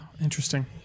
interesting